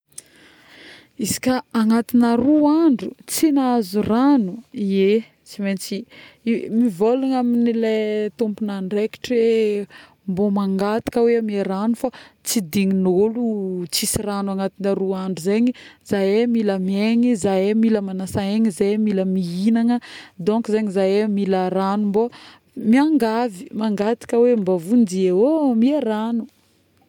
izy ka agnatina roa andro tsy nahazo ragno, ie tsy maintsy mivologna amin'ilay tômpon'andraikitry hoe mbô mangataka omeo rano fa, tsy dignin'olo tsisy rano agnatina roa andro zegny, zahay mila miaigny, zahay mila magnasa aigny zahay mila mihignana donc zagny zahay mila rano mbô miangavy ,mangataka hoe mba vonjeo ôô omeo rano